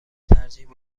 ترجیح